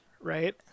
right